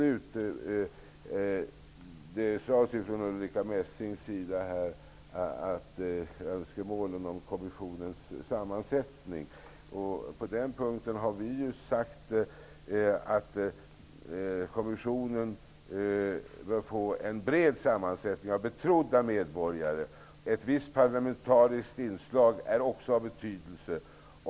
Ulrica Messing talade om önskemålen i fråga om kommissionens sammansättning. På den punkten har vi i betänkandet sagt att kommissionen bör få ''en bred sammansättning av betrodda medborgare. Ett visst parlamentariskt inslag är också av betydelse.